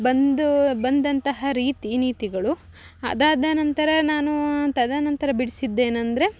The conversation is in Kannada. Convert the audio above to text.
ಬಂದು ಬಂದಂತಹ ರೀತಿ ನೀತಿಗಳು ಅದಾದನಂತರ ನಾನು ತದನಂತರ ಬಿಡಿಸಿದ್ದೇನಂದ್ರೆ